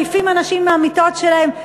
מעיפים אנשים מהמיטות שלהם,